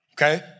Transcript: Okay